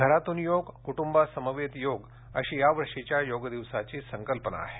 घरातून योग कुटूंबासमवेत योग अशी यावर्षीच्या योग दिवसाची संकल्पना आहे